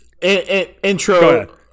intro